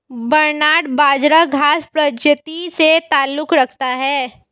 barnyard बाजरा घांस प्रजाति से ताल्लुक रखता है